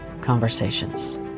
conversations